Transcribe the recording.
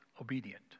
obedient